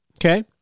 Okay